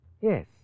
Yes